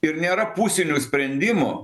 ir nėra pusinių sprendimų